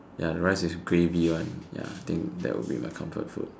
ya the rice with gravy one ya I think that would be my comfort food